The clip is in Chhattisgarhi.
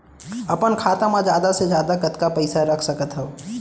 अपन खाता मा जादा से जादा कतका पइसा रख सकत हव?